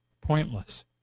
pointless